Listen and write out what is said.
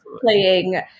playing